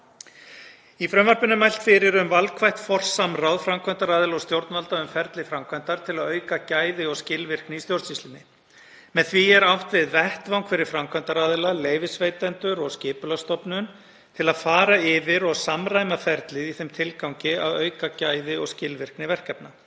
Í frumvarpinu er mælt fyrir um valkvætt forsamráð framkvæmdaraðila og stjórnvalda um ferli framkvæmdar til að auka gæði og skilvirkni í stjórnsýslunni. Með því er átt við vettvang fyrir framkvæmdaraðila, leyfisveitendur og Skipulagsstofnun til að fara yfir og samræma ferlið í þeim tilgangi að auka gæði og skilvirkni verkefna.